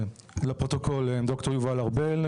כן, ד"ר יובל ארבל.